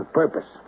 purpose